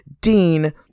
Dean